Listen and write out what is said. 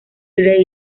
gray